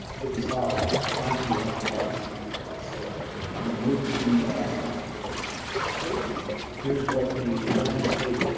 ah get these files onto your own devices as well. so i'm going to move to the ah to this to the page here's what the landing page.